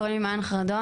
קוראים לי מעין חרדון,